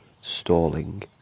stalling